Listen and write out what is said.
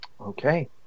Okay